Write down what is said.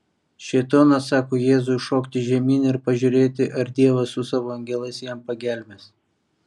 šėtonas sako jėzui šokti žemyn ir pažiūrėti ar dievas su savo angelais jam pagelbės